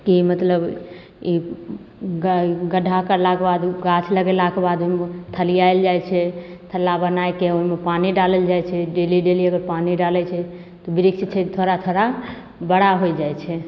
कि मतलब ई ग गड्ढा करलाके बाद गाछ लगेलाके बाद थलिआएल जाइ छै थल्ला बनैके ओहिमे पानी डालल जाइ छै डेली डेली अगर पानी डालै छै तऽ बिरिछ छै थोड़ा थोड़ा बड़ा होइ जाइ छै